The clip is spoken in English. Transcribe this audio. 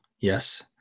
Yes